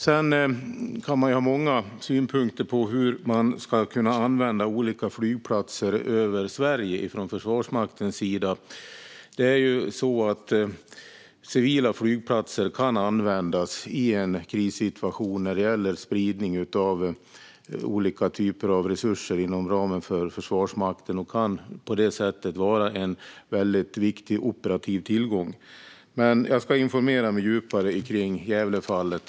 Man kan ha många synpunkter på hur olika flygplatser i Sverige ska kunna användas från Försvarsmaktens sida. Civila flygplatser kan användas i en krissituation när det gäller spridning av olika typer av resurser inom ramen för Försvarsmakten. De kan på det sättet vara en viktig operativ tillgång. Men jag ska som sagt informera mig djupare om Gävlefallet.